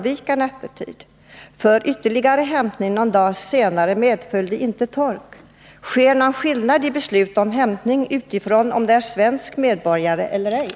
Vid ytterligare hämtning någon dag senare medföljde inte tolk. Görs det någon skillnad vid beslut om hämtning utifrån, med hänsyn till om det är fråga om svensk medborgare eller ej?